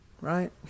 right